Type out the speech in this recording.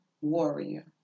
warrior